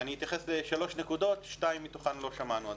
אני אתייחס לשלוש נקודות שתיים מתוכן לא שמענו עדיין.